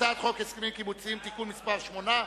הצעת חוק הסכמים קיבוציים (תיקון מס' 8),